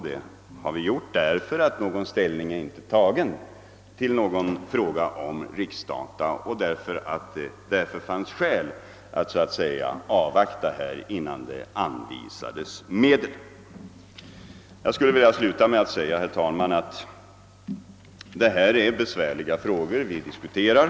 Det har vi gjort därför att någon ställning inte är tagen till någon fråga om riksdata och det således finns skäl att avvakta innan medel anvisas. Herr talman! Jag skulle vilja sluta med att säga, att det är besvärliga frågor vi nu diskuterar.